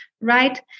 right